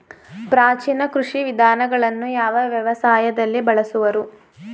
ಪ್ರಾಚೀನ ಕೃಷಿ ವಿಧಾನಗಳನ್ನು ಯಾವ ವ್ಯವಸಾಯದಲ್ಲಿ ಬಳಸುವರು?